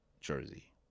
jersey